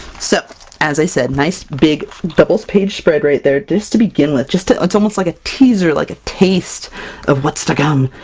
so as i said, nice big double-page spread right there! just to begin with, just it's almost like a teaser, like a taste of what's to come!